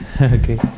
Okay